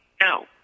No